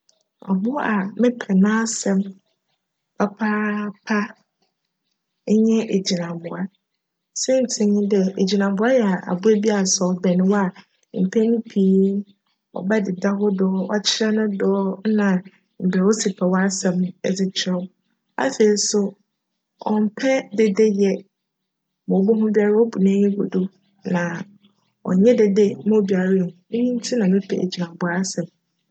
Abowa a mepj n'asjm papaapa nye egyinambowa. Siantsir nye dj, egyinambowa yj abowa bi a sj cbjn wo a, mpjn pii no cbjdeda wo do, ckyerj no dc nna mbrj osi pj w'asjm kyerj wo na afei so cmmpj dede yj, ma obohu biara obu n'enyi gu do na cnnyj dede ma obiara nnhu. Iyi ntsi na mepj egyinambowa asjm.